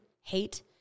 hate